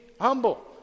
humble